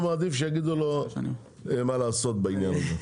מעדיף שיגידו לו מה לעשות בעניין הזה,